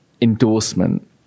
endorsement